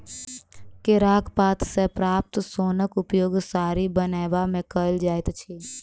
केराक पात सॅ प्राप्त सोनक उपयोग साड़ी बनयबा मे कयल जाइत अछि